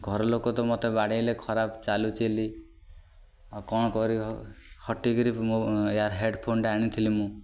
ଘରଲୋକ ତ ମୋତେ ବାଡ଼େଇଲେ ଖରାପ ଚାଲୁଛି ବୋଲି ଆଉ କ'ଣ କରିବି ହଟିକିରି ମୁଁ ହେଡଫୋନଟା ଆଣିଥିଲି ମୁଁ